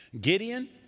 Gideon